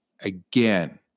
Again